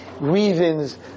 reasons